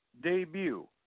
debut